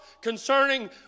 concerning